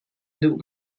duh